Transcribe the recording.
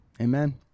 Amen